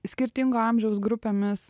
skirtingo amžiaus grupėmis